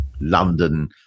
London